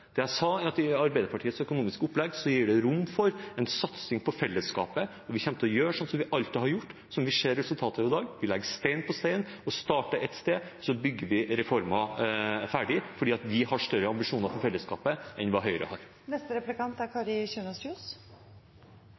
Det jeg sa, er at Arbeiderpartiets økonomiske opplegg gir rom for en satsing på fellesskapet. Vi kommer til å gjøre som vi alltid har gjort, som vi ser resultatet av i dag: Vi legger stein på stein og starter ett sted, så bygger vi reformer ferdig – fordi vi har større ambisjoner for fellesskapet enn hva Høyre har.